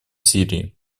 сирии